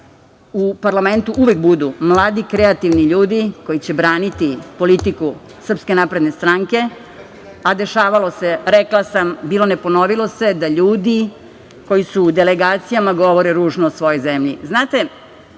u parlamentu uvek budu mladi, kreativni ljudi koji će braniti politiku SNS, a dešavalo se, rekla sam, bilo ne ponovilo se, da ljudi koji su u delegacijama govore ružno o svojoj